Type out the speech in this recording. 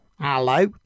Hello